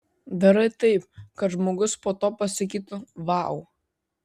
darai taip kad žmogus po to pasakytų vau